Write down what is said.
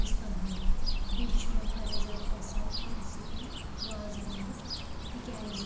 رِستَن ہٕنٛز بیٚیہِ چھُ مےٚ واریاہ زیادٕ پَسَنٛد رٮ۪سِپی وازوانٕچ تِکیٛازِ